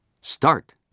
Start